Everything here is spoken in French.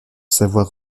savoir